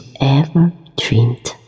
ever-dreamed